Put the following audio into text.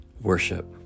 Worship